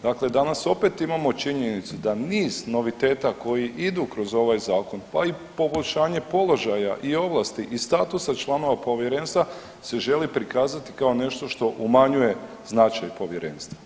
Dakle, danas opet imamo činjenicu da niz noviteta koji idu kroz ovaj zakon, pa i poboljšanje položaja i ovlasti i statusa članova povjerenstva se želi prikazati kao nešto što umanjuje značaj povjerenstva.